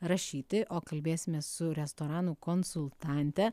rašyti o kalbėsimės su restoranų konsultante